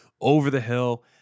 over-the-hill